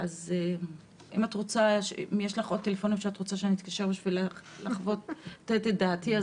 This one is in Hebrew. אם יש לך עוד טלפונים שאת רוצה שאתקשר בשביל לחוות את דעתי,